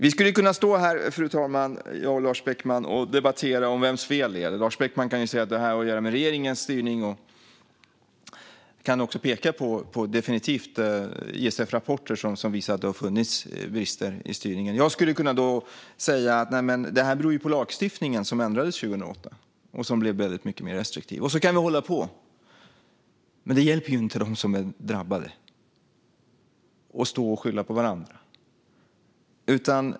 Vi skulle kunna stå här, jag och Lars Beckman, och debattera om vems fel det är. Lars Beckman kan säga att det har att göra med regeringens styrning och kan definitivt också peka på ISF-rapporter som visar att det har funnits brister i styrningen. Jag skulle då kunna säga: Det här beror på lagstiftningen som ändrades 2008, och som blev väldigt mycket mer restriktiv. Så kan vi hålla på. Men det hjälper inte dem som är drabbade att stå och skylla på varandra. Fru talman!